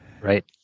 right